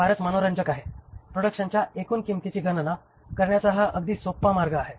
ते फारच मनोरंजक आहे प्रोडक्शनच्या एकूण किंमतीची गणना करण्याचा हा अगदी सोपा मार्ग आहे